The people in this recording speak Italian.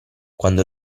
quando